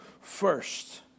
first